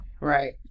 Right